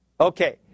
Okay